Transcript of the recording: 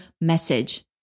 message